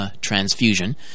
transfusion